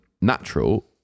natural